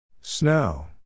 Snow